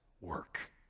work